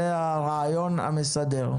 זה הרעיון המסדר.